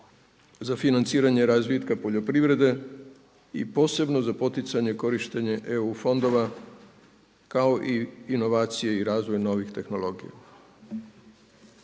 za financiranje razvitka poljoprivrede i posebno za poticanje korištenje EU fondova kao i inovacija i razvoj novih tehnologija.